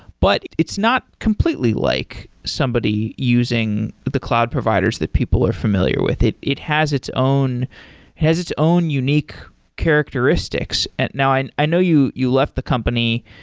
but it's not completely like somebody using the cloud providers that people are familiar with. it it has its own has its own unique characteristics and now i and i know you you left the company.